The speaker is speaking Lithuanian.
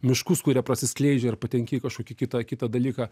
miškus kurie prasiskleidžia ir patenki į kažkokį kitą kitą dalyką